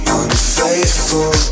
unfaithful